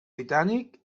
britànic